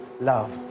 love